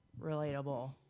relatable